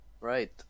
Right